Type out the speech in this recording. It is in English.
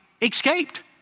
escaped